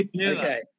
Okay